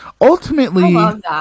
ultimately